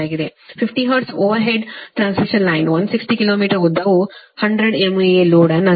50 hertz overhead transmission line 160 kilometre ಉದ್ದವು 100 MVA load ಅನ್ನು 0